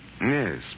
Yes